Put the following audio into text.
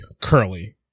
Curly